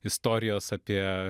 istorijos apie